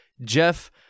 Jeff